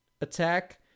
attack